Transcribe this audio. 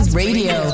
radio